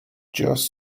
just